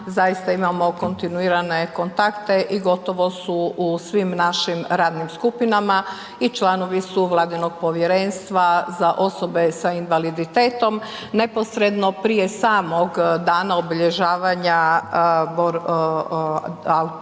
zaista imamo kontinuirane kontakte i gotovo su u svim našim radnim skupinama i članovi su vladinog Povjerenstva za osoba sa invaliditetom. Neposredno prije samog dana obilježavanja dana